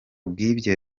bw’ibyo